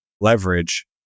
Leverage